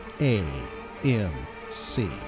A-M-C